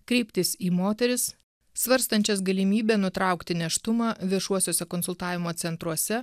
kreiptis į moteris svarstančias galimybę nutraukti nėštumą viešuosiuose konsultavimo centruose